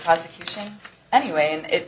prosecuting anyway and it